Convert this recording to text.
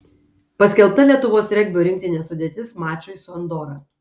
paskelbta lietuvos regbio rinktinės sudėtis mačui su andora